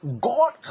God